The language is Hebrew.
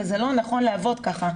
וזה לא נכון לעבוד כך.